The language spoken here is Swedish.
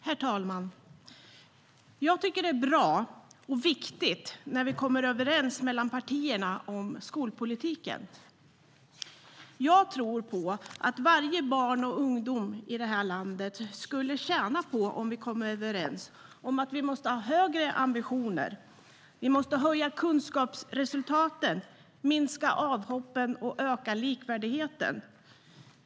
Herr talman! Jag tycker att det vore bra och viktigt om vi kom överens mellan partierna om skolpolitiken. Jag tror på att varje barn och ungdom i det här landet skulle tjäna på om vi kom överens om att vi måste ha högre ambitioner och att vi måste se till att höja kunskapsresultaten, minska avhoppen och öka likvärdigheten.